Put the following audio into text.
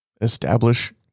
establish